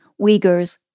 Uyghurs